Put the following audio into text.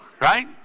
right